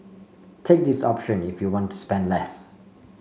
take this option if you want to spend less